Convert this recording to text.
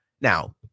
Now